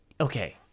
okay